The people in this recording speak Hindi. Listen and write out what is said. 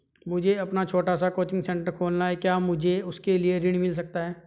मुझे अपना छोटा सा कोचिंग सेंटर खोलना है क्या मुझे उसके लिए ऋण मिल सकता है?